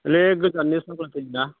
ओरै गोजाननिया साप्लाय फैयो ना